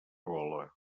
gola